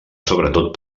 sobretot